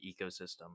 ecosystem